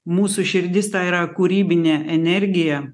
mūsų širdis ta yra kūrybinė energija